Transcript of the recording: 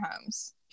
homes